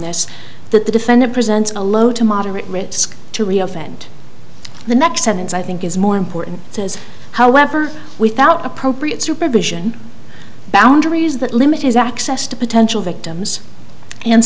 this that the defendant presents a low to moderate risk to reoffend the next sentence i think is more important however without appropriate supervision boundaries that limit his access to potential victims and